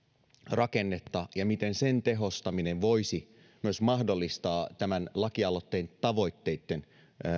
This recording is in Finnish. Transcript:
rakennetta ja miten sen tehostaminen voisi myös mahdollistaa tämän lakialoitteen tavoitteitten